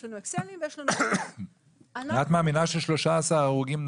יש לנו אקסלים ויש לנו --- ואת מאמינה ש-13 הרוגים נעלמו?